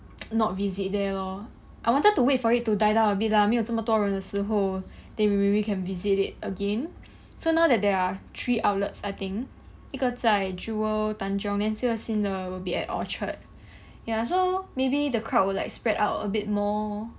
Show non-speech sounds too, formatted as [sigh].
[noise] not visit there lor I wanted to wait for it to die down abit lah 沒有这么多人的时候 then we maybe can visit it again so now that there are three outlets I think 一个在 jewel tanjong then 这个新的 will be at orchard ya so maybe the crowd would like spread out a bit more